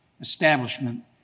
establishment